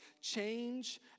change